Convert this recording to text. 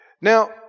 Now